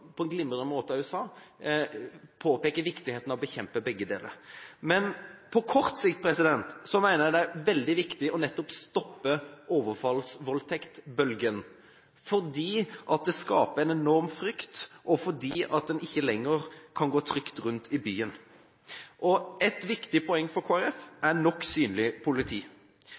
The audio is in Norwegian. på en glimrende måte også påpekte, det er viktig å bekjempe begge deler. På kort sikt mener jeg det er veldig viktig nettopp å stoppe overfallsvoldtektsbølgen, fordi den skaper en enorm frykt, og fordi en ikke lenger kan gå trygt rundt i byen. Et viktig poeng for Kristelig Folkeparti er nok synlig politi.